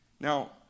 Now